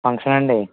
ఫంక్షనా అండి